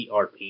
ERP